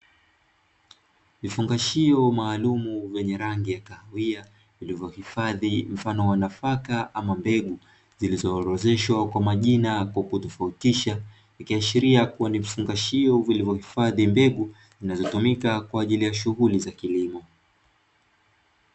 Vifungashio maalumu vyenye rangi ya kahawia vilivyohifadhi mfano wa nafaka aya mbegu, zilizo orodheshwa kwa majina kwa kutofautisha, ikiashiria kuwa ni vifungashio vilivyohifadhi mbegu zinazotumika kwa ajili ya shughuli ya kilimo.